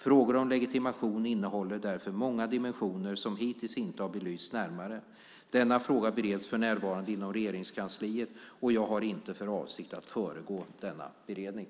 Frågor om legitimation innehåller därför många dimensioner som hittills inte har belysts närmare. Denna fråga bereds för närvarande inom Regeringskansliet, och jag har inte för avsikt att föregå denna beredning.